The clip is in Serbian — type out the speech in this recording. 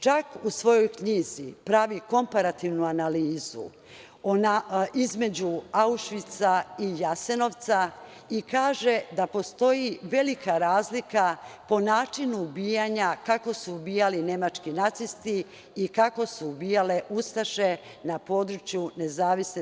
Čak u svojoj knjizi pravi komparativnu analizu između Aušvica i Jasenovca i kaže da postoji velika razlika po načinu ubijanja, kako su ubijali nemački nacisti i kako su ubijale ustaše na području NDH.